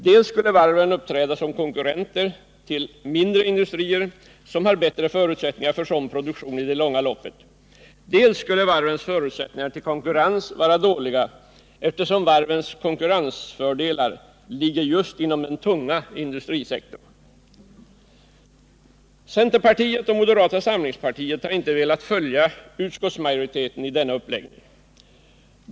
Dels skulle varven uppträda som konkurrenter till mindre industrier som har bättre förutsättningar för sådan produktion i det långa loppet, dels skulle varvens förutsättningar för konkurrens vara dåliga, eftersom varvens konkurrensfördelar ligger just inom den tunga industrisektorn. Centerpartiet och moderata samlingspartiet har inte velat följa utskottsmajoriteten i denna uppläggning.